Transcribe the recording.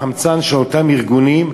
בחמצן של אותם ארגונים,